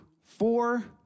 four